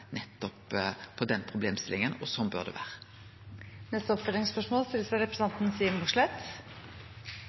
den problemstillinga, og slik bør det vere.